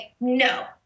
no